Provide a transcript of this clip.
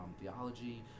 theology